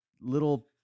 little